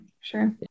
sure